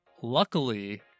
Luckily